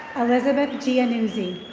elizabeth giannuzzi.